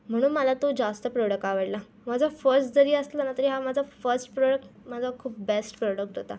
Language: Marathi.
म्हणून मला तो जास्त प्रोडक आवडला माझा फस्ट जरी असला ना तरी हा माझा फस्ट प्रोडक माझा खूप बेस्ट प्रोडक्ट होता